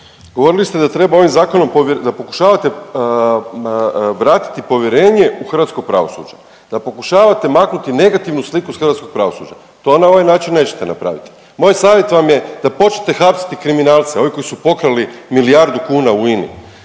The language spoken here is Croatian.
Govorili ste da treba ovim zakonom, da pokušavate vratiti povjerenje u hrvatsko pravosuđe, da pokušavate maknuti negativnu sliku s hrvatskog pravosuđa. To na ovaj način nećete napravit. Moj savjet vam je da počnete hapsiti kriminalce, ovi koji su pokrali milijardu kuna u INA-i,